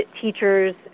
teachers